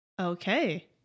Okay